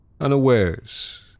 unawares